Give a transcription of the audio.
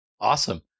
Awesome